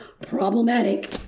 problematic